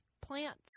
plants